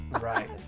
Right